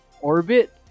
orbit